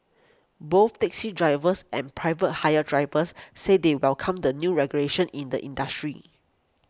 both taxi drivers and private hire drivers said they welcome the new regulations in the industry